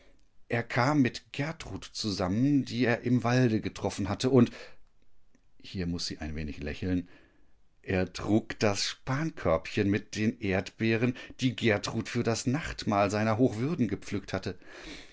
er kam mit gertrud zusammen die er im walde getroffen hatte und hier muß sie ein wenig lächeln er trug das spankörbchen mit den erdbeeren die gertrud für das nachtmahl seiner hochwürden gepflückt hatte